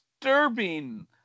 disturbing